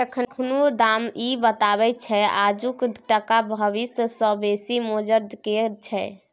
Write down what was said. एखनुक दाम इ बताबैत छै आजुक टका भबिस सँ बेसी मोजर केर छै